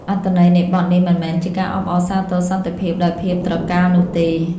អត្ថន័យនៃបទនេះមិនមែនជាការអបអរសាទរសន្តិភាពដោយភាពត្រកាលនោះទេ។